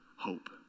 hope